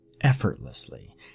effortlessly